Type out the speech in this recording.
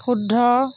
শুদ্ধ